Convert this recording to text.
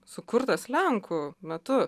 sukurtas lenkų metu